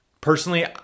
Personally